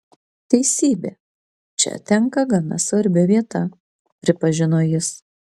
teisybė čia tenka gana svarbi vieta pripažino jis